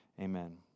Amen